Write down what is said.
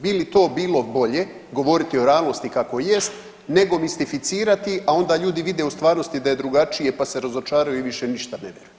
Bi li to bilo bolje govoriti o realnosti kako jest nego mistificirati, a onda ljudi vide u stvarnosti da je drugačije pa se razočaraju i više ništa ne vjeruju.